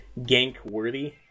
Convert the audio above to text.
gank-worthy